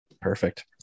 Perfect